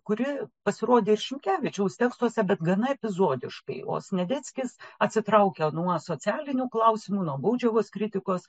kuri pasirodė šimkevičiaus tekstuose bet gana epizodiškai o sniadeckis atsitraukė nuo socialinių klausimų nuo baudžiavos kritikos